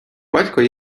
батько